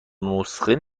نسخه